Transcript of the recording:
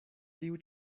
tiu